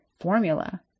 formula